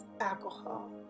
alcohol